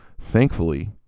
Thankfully